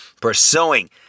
pursuing